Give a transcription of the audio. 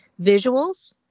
visuals